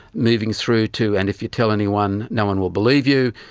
moving through to and if you tell anyone no one will believe you,